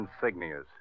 insignias